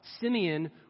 Simeon